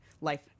life